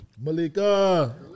malika